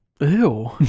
Ew